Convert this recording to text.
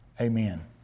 Amen